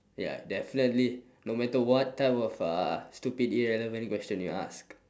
ya definitely no matter what type of uh stupid irrelevant question you ask